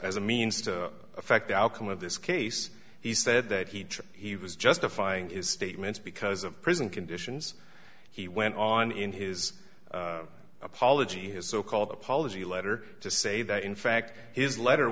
as a means to affect the outcome of this case he said that he he was justifying his statements because of prison conditions he went on in his apology his so called apology letter to say that in fact his letter